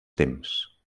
temps